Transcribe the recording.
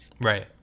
right